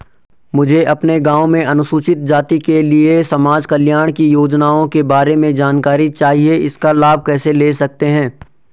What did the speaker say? मुझे अपने गाँव में अनुसूचित जाति के लिए समाज कल्याण की योजनाओं के बारे में जानकारी चाहिए इसका लाभ कैसे ले सकते हैं?